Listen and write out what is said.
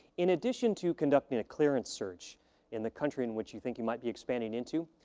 in addition to conducting a clearance search in the country in which you think you might be expanding into,